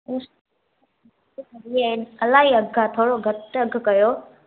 इलाही अघि आहे थोरो घटि अघि कयो